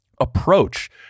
approach